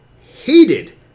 hated